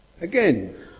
Again